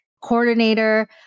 coordinator